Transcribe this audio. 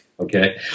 Okay